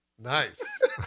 nice